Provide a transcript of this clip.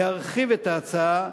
להרחיב את ההצעה,